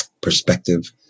perspective